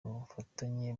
ubufatanye